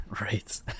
Right